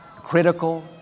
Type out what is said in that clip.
critical